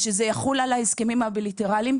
צריך שזה יחול על ההסכמים הבילטרליים.